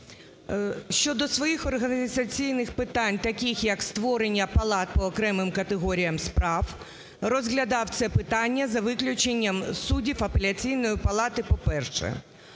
щодо своїх організаційних питань, таких як створення палат по окремим категоріям справ, розглядав це питання за виключенням суддів Апеляційної палати, по-перше.